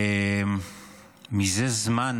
זה זמן